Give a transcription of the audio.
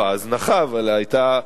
ההזנחה אבל היתה.